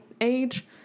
age